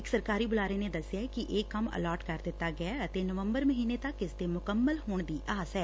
ਇਕ ਸਰਕਾਰੀ ਬੁਲਾਰੇ ਨੇ ਦਸਿਐ ਕਿ ਇਹ ਕੰਮ ਅਲਾਟ ਕਰ ਦਿਤਾ ਗਿਆ ਅਤੇ ਨਵੰਬਰ ਮਹੀਨੇ ਤੱਕ ਇਸ ਦੇ ਮੁਕੰਮਲ ਹੋਣ ਦੀ ਆਸ ਐ